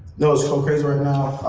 know it's a little crazy right now,